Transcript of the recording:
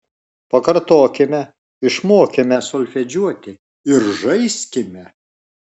pakartokime išmokime solfedžiuoti ir žaiskime